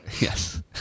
Yes